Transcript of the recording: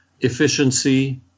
efficiency